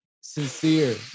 Sincere